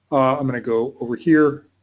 i'm gonna go over here,